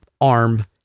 arm